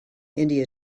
india